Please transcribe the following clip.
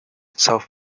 itself